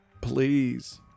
Please